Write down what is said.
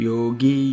Yogi